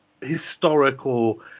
historical